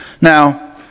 Now